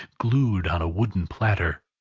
glued on a wooden platter!